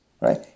Right